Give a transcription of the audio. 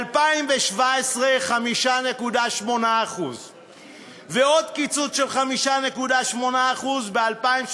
ב-2017, 5.8%. ועוד קיצוץ של 5.8% ב-2018.